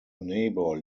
neighbor